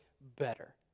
better